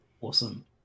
Awesome